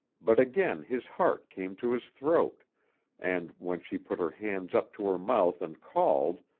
but again his heart came to his throat and, when she put her hands up to her mouth and called,